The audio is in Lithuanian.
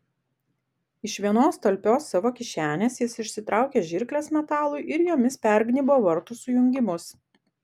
iš vienos talpios savo kišenės jis išsitraukė žirkles metalui ir jomis pergnybo vartų sujungimus